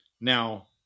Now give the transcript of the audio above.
Now